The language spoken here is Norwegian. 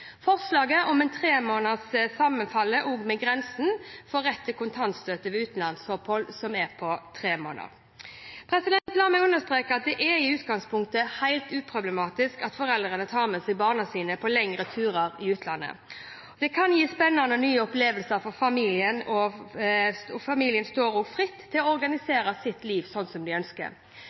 Forslaget om en grense på tre måneder sammenfaller også med grensen for rett til kontantstøtte ved utenlandsopphold, som er på tre måneder. La meg understreke at det i utgangspunktet er helt uproblematisk at foreldre tar med seg barna sine på lengre turer i utlandet. Det kan gi spennende og nye opplevelser for familien, og familier står fritt til å organisere sitt liv som de ønsker.